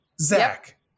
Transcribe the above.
Zach